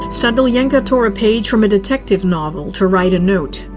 sadilenko tore a page from a detective novel to write a note.